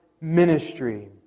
ministry